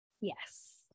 Yes